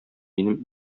минем